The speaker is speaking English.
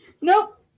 Nope